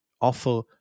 offer